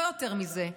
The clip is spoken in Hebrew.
לא יותר מזה,